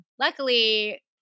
luckily